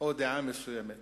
או דעה מסוימת.